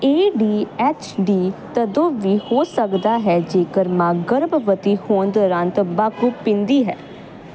ਏ D H D ਤਦੋਂ ਵੀ ਹੋ ਸਕਦਾ ਹੈ ਜੇਕਰ ਮਾਂ ਗਰਭਵਤੀ ਹੋਣ ਦੌਰਾਨ ਤੰਬਾਕੂ ਪੀਂਦੀ ਹੈ